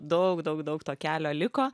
daug daug daug to kelio liko